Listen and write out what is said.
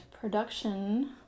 production